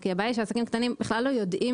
כי הבעיה היא שעסקים קטנים בכלל לא יודעים